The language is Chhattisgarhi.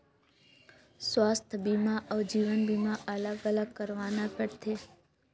स्वास्थ बीमा अउ जीवन बीमा अलग अलग करवाना पड़थे?